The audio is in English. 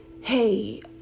hey